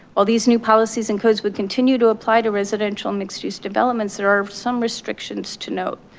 all these new policies and codes would continue to apply to residential mixed use developments that are some restrictions to note.